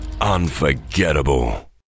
Unforgettable